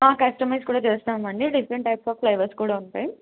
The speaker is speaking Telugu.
కస్టమైస్ కూడా చేస్తామండి డిఫరెంట్ ఫ్లేవర్స్ కూడా ఉంటాయి